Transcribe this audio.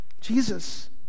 Jesus